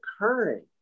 occurring